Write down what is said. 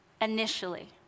initially